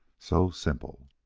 so simple!